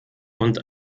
und